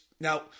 Now